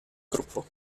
gruppo